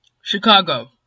Chicago